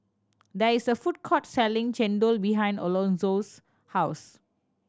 there is a food court selling chendol behind Alonzo's house